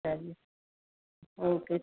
okay